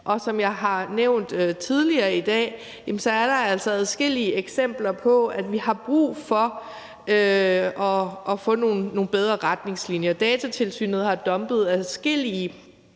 og som jeg har nævnt tidligere i dag, er der altså adskillige eksempler på, at vi har brug for at få nogle bedre retningslinjer. Datatilsynet har dumpet adskillige